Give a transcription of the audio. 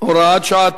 (הוראת שעה),